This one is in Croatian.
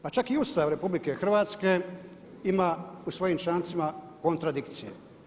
Pa čak i Ustav RH ima u svojim člancima kontradikcije.